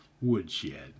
woodshed